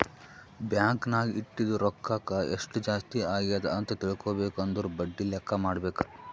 bank ನಾಗ್ ಇಟ್ಟಿದು ರೊಕ್ಕಾಕ ಎಸ್ಟ್ ಜಾಸ್ತಿ ಅಗ್ಯಾದ್ ಅಂತ್ ತಿಳ್ಕೊಬೇಕು ಅಂದುರ್ ಬಡ್ಡಿ ಲೆಕ್ಕಾ ಮಾಡ್ಬೇಕ